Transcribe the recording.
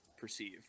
perceive